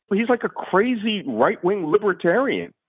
but he's like a crazy, right-wing libertarian.